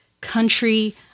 country